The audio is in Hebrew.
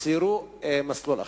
ציירו מסלול אחר.